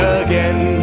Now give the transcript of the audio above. again